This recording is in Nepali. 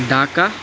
ढाका